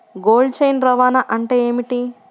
Cold chain రవాణా అంటే ఏమిటీ?